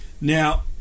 Now